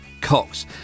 Cox